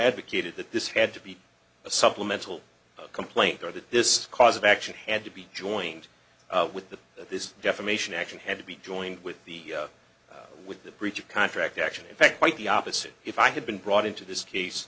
advocated that this had to be a supplemental complaint or that this cause of action had to be joined with that that this defamation action had to be joined with the with the breach of contract action in fact quite the opposite if i had been brought into this case